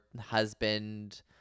husband